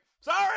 sorry